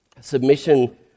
submission